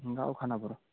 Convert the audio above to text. गाव खानापूर